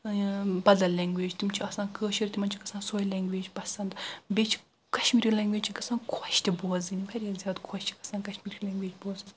بدل لنگویج تِم چھِ آسان کٲشر تِمن چھِ گژھان سۄے لنگویج بیٚیہِ چھِ کشمیری لنگویج چھِ گژھان خۄش تہِ بوزٕنۍ واریاہ زیادٕ خۄش چھِ گژھان کشمیری لنگویج بوزٕنۍ